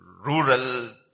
rural